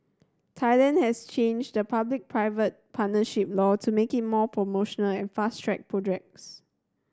Thailand has changed the public private partnership law to make it more promotional and fast track projects